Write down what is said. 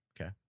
Okay